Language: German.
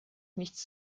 nichts